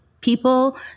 people